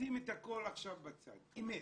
שים את הכול עכשיו בצד, אמת,